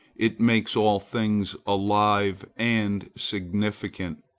it makes all things alive and significant.